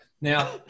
Now